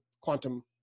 quantum